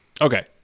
Okay